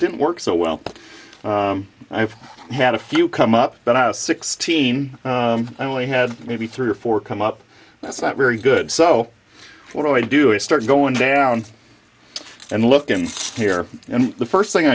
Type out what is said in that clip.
didn't work so well i've had a few come up but i was sixteen i only had maybe three or four come up that's not very good so what i do is start going down and look in here and the first thing